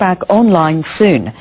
back online soon